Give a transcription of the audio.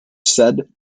said